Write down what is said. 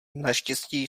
naštěstí